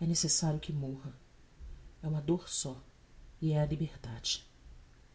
é necessario que morra é uma dôr só e é a liberdade